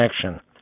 connection